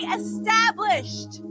established